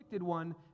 one